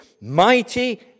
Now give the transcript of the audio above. mighty